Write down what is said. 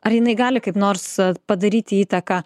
ar jinai gali kaip nors padaryti įtaką